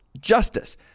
justice